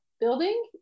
building